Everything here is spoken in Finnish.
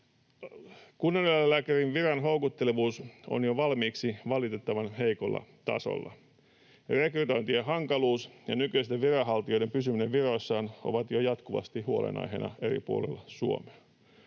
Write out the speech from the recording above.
Kunnaneläinlääkärin viran houkuttelevuus on jo valmiiksi valitettavan heikolla tasolla. Rekrytointien hankaluus ja nykyisten viranhaltijoiden pysyminen virossaan ovat jo jatkuvasti huolenaiheina eri puolilla Suomea.